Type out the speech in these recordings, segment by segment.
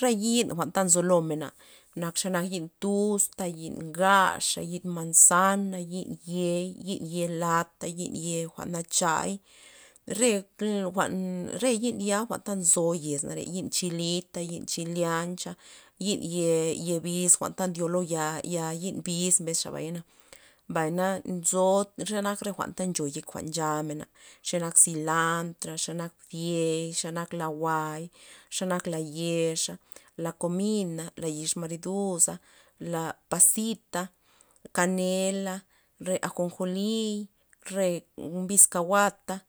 Re yi'n jwa'nta nzolena nak xe nak yi'n tusta, yi'n ga' xa, yi'n manzana', yi'n yei, yi'n yelat, yi'n yei jwa'n nachay, re cla- jwa'n re yi'n ya jwa'nta nzo yez nare yi'n chilita, yi'n chileancha, yi'n yei ya biz jwa'n ta ndyo lo ya'bei, ya' yi'n biz xabayna, mbyana nzo xenak jwa'nta ncho yek jwa'n nchamen xenak silantr xenak bdziey, xebak la buay, xa nak la' yexa, la komina, la mariduza, la pasita, kanela, re anjojolir, re mbiz kaguata,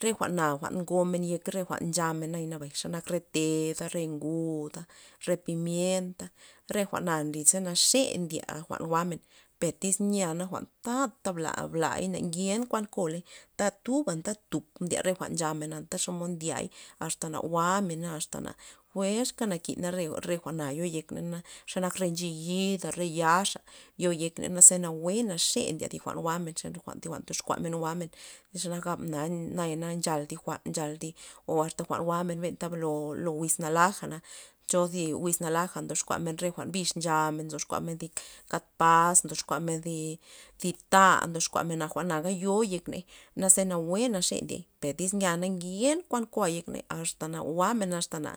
re jwa'na ngomen yek re jwa'n nchamen naya bayan xanak teda re nguda, re pimienta, re jwa'na nly ze naxe ndya jwa'n jwa'men, per tyz nya jwa'n tata bla- bla na ngenta koley tata tuba anta tuk' ndye re jwa'n nchamen anta xomod ndiay asta na jwa'mena asta fuerka nakina re- re jwa'na yo yekney na xenak re ncheyida re yaxa' yo yek ney ze nawue naxe ndye thi jwa'n jwa'men xe thi jwa'n toxkuamen xe nak gabmen na nayana nchal thi jwa'n nchal o asta jwa'n jwa'men anta blo anta jwin nalaja na cho thi wiz nalaja ndoxkuamen re jwa'n bix jwa'n kuanmen thi kad pas kuanmen zi- zi ta' ndoxkuamen jwa'na yo yek ney naze nawue naxe ndiey per tyz nya ngenka kua yekney asta na jwa'men asta na-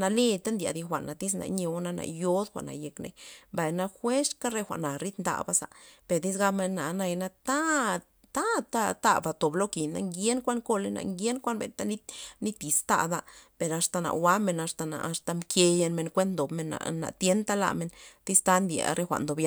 na leta ndye thi jwa'na tyz nayod jwa'na yekney mbay fuerzka re jwa'na ridndaza tyx gabmen na nayana ta- ta ta'ba tob lo ki' ngen kuan loney ngenta benta nit nit yiz ta' bda per asta na jwa'men asta ta mke yekmen ndobmen na tienta lamen tyz ta ndye re jwa'n ndon yamen.